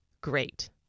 great